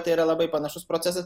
tai yra labai panašus procesas